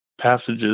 passages